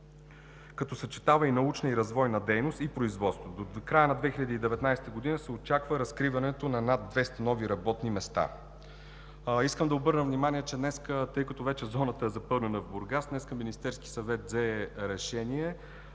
като съчетава научна и развойна дейност и производство. До края на 2019 г. се очаква разкриването на над 200 нови работни места. Искам да обърна внимание, че тъй като зоната в Бургас вече е запълнена, днес Министерският съвет взе решение